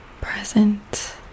present